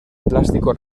plástico